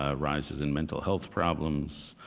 ah rises in mental health problems,